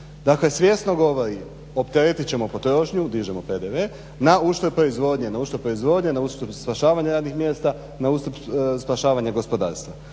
Dakle svjesno govori opteretit ćemo potrošnju, dižemo PDV na uštrb proizvodnje na uštrb spašavanja radnih mjesta na uštrb spašavanja gospodarstva.